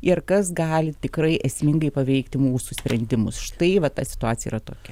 ir kas gali tikrai esmingai paveikti mūsų sprendimus štai va ta situacija yra tokia